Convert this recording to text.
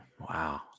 Wow